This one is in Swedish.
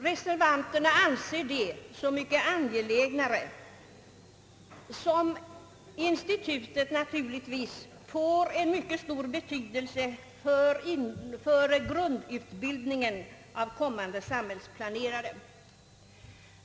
Reservanterna anser det så mycket angelägnare som institutet naturligtvis får en mycket stor betydelse för grundutbildningen av kommande samhällsplanerare.